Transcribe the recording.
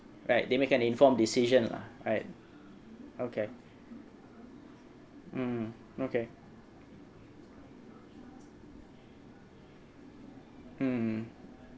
right they make an informed decision lah right okay mm okay mm